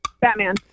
Batman